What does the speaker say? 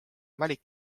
valik